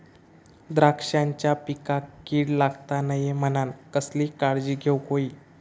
द्राक्षांच्या पिकांक कीड लागता नये म्हणान कसली काळजी घेऊक होई?